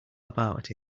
about